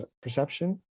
Perception